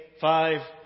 five